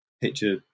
picture